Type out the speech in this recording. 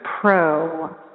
pro